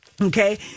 Okay